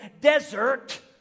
desert